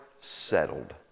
Settled